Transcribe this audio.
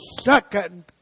second